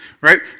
right